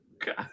god